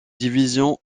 division